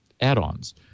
add-ons